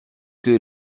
que